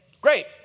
great